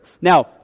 Now